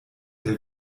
der